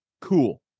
cool